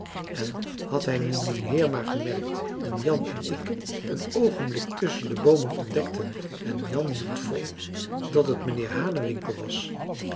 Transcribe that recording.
en had hij nu dien heer maar gemerkt dien jan en ik een oogenblik tusschen de boomen ontdekten en jan hield vol dat het meneer hanewinkel was